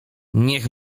niech